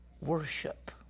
worship